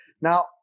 Now